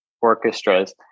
orchestras